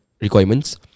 requirements